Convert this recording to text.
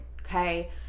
Okay